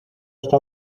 está